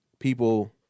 people